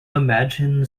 imagine